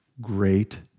great